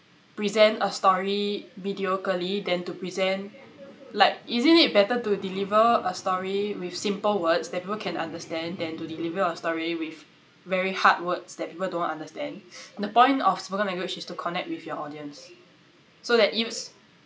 present a story mediocrely than to present like isn't it better to deliver a story with simple words that people can understand than to deliver a story with very hard words that people don't understand the point of spoken language is to connect with your audience so that use